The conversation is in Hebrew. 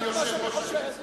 סגן יושב-ראש הכנסת,